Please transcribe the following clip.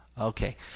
Okay